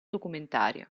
documentario